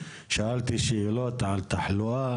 שאלתי שאלות על תחלואה,